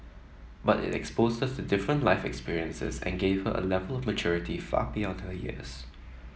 but it exposed her to different life experiences and gave her A Level of maturity far beyond her years